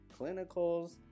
clinicals